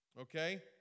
Okay